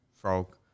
Frog